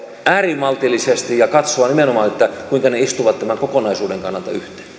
äärimaltillisesti ja katsoa nimenomaan kuinka ne istuvat tämän kokonaisuuden kannalta